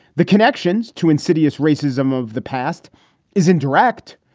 the connections to insidious racism of the past is indirect,